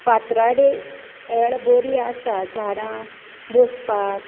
फातराडे येळ बरी आसा झाडां बोसपाक